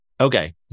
Okay